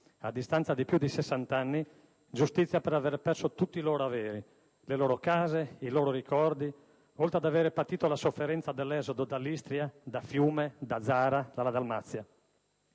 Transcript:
a distanza di più di 60 anni, giustizia per avere perso tutti i loro averi, le loro case, i loro ricordi, oltre ad avere patito la sofferenza dell'esodo dall'Istria, da Fiume, da Zara, dalla Dalmazia.